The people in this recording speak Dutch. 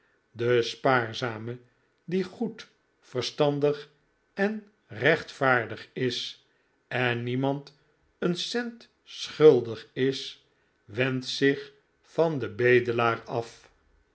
de spaarzame die goed verstandig en rechtvaardig is en niemand een cent schuldig is wendt zich van den bedelaar af